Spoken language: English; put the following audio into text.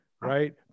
right